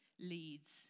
leads